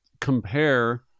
Compare